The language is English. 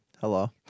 Hello